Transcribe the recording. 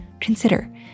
Consider